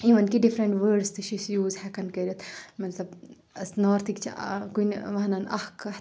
اِوٕن کہِ ڈِفرَنٹ وٲڈٕس تہِ چھِ أسۍ یوٗز ہؠکان کٔرِتھ مطلب نارتھٕکۍ چھِ کُنہِ وَنان اَکھ کَتھ